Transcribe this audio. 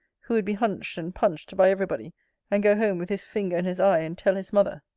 who would be hunched and punched by every body and go home with his finger in his eye, and tell his mother.